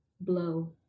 blow